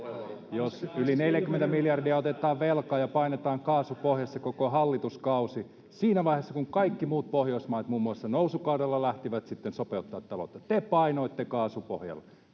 Yli 40 miljardia otetaan velkaa ja painetaan kaasu pohjassa koko hallituskausi. Siinä vaiheessa, kun muun muassa kaikki muut Pohjoismaat nousukaudella lähtivät sopeuttamaan taloutta, te painoitte kaasu pohjassa,